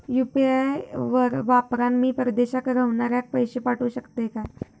UPI वापरान मी परदेशाक रव्हनाऱ्याक पैशे पाठवु शकतय काय?